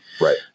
Right